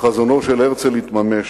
חזונו של הרצל התממש.